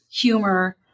humor